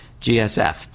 gsf